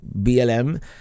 BLM